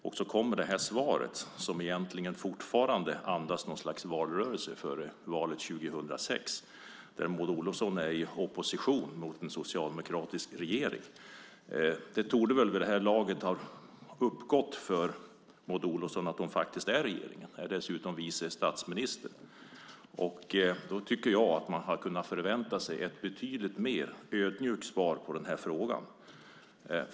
Och så kommer det här svaret, som egentligen fortfarande andas något slags valrörelse inför valet 2006, där Maud Olofsson är i opposition mot en socialdemokratisk regering. Det torde väl vid det här laget ha gått upp för Maud Olofsson att hon faktiskt är regeringen. Hon är dessutom vice statsminister. Då tycker jag att man hade kunnat förvänta sig ett betydligt mer ödmjukt svar på den här frågan.